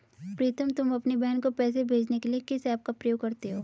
प्रीतम तुम अपनी बहन को पैसे भेजने के लिए किस ऐप का प्रयोग करते हो?